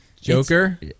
Joker